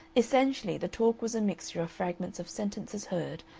essentially the talk was a mixture of fragments of sentences heard,